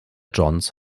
johns